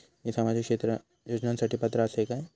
मी सामाजिक योजनांसाठी पात्र असय काय?